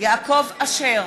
יעקב אשר,